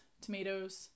tomatoes